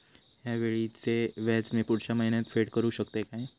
हया वेळीचे व्याज मी पुढच्या महिन्यात फेड करू शकतय काय?